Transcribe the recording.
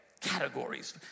Categories